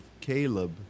Caleb